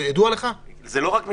ידוע לך אם משרד השיכון מחזיק הוסטלים?